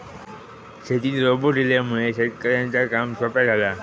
शेतीत रोबोट इल्यामुळे शेतकऱ्यांचा काम सोप्या झाला